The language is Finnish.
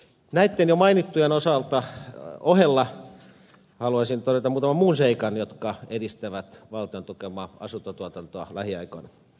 näitten jo mainittujen ohella haluaisin todeta muutaman muun seikan jotka edistävät valtion tukemaa asuntotuotantoa lähiaikoina